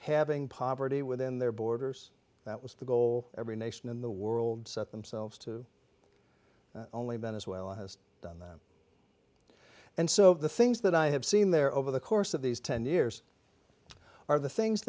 having poverty within their borders that was the goal every nation in the world set themselves to only venezuela has done that and so the things that i have seen there over the course of these ten years are the things